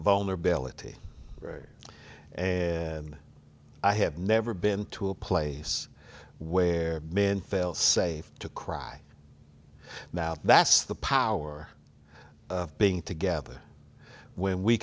vulnerability and i have never been to a place where men fail safe to cry now that's the power of being together when we